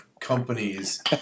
companies